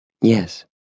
Yes